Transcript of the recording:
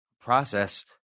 process